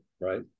right